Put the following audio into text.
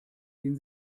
den